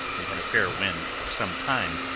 we had a fair wind for some time,